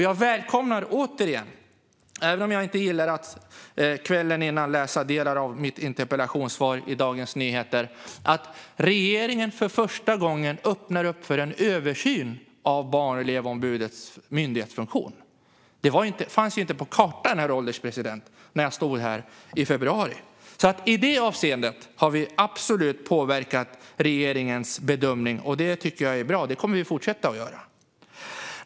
Jag välkomnar återigen - även om jag inte gillar att läsa delar av mitt interpellationssvar i Dagens Nyheter kvällen innan - att regeringen för första gången öppnar för en översyn av Barn och elevombudets myndighetsfunktion. Det fanns inte på kartan, herr ålderspresident, när jag stod här i februari. I det avseendet har vi absolut påverkat regeringens bedömning, och det tycker jag är bra. Det kommer vi att fortsätta att göra.